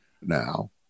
now